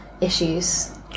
issues